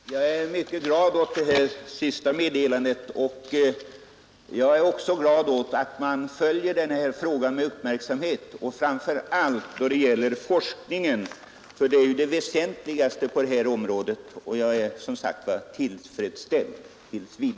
Fru talman! Jag är mycket glad över det senaste meddelandet, och jag är även glad över att man följer den här frågan med uppmärksamhet, framför allt då det gäller forskningen, som ju är det väsentligaste på detta område. Tills vidare är jag alltså tillfredsställd.